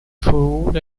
food